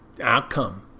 outcome